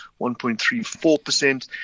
1.34%